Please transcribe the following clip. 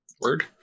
word